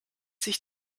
sich